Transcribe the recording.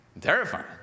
Terrifying